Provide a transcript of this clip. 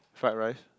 fried rice